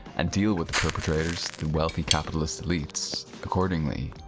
and deal with the perpetrators the wealthy capitalist elites accordingly.